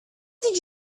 did